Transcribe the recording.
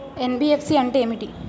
NBFC అంటే ఏమిటి?